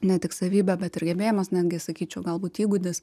ne tik savybė bet ir gebėjimas netgi sakyčiau galbūt įgūdis